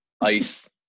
ice